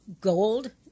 gold